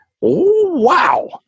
wow